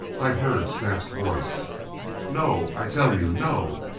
i heard snap's voice no! i tell you no!